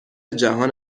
جهان